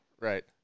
right